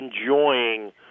enjoying